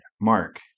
Mark